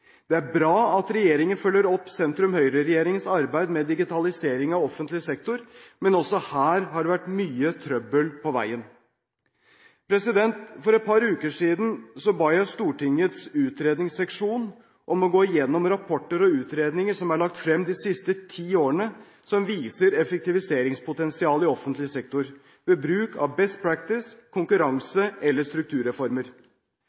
Det er bra at regjeringen følger opp sentrum–Høyre-regjeringens arbeid med digitalisering av offentlig sektor, men også her har det vært mye trøbbel på veien. For et par uker siden ba jeg Stortingets utredningsseksjon om å gå igjennom rapporter og utredninger som er lagt frem de siste ti årene, som viser effektiviseringspotensialet i offentlig sektor, ved bruk av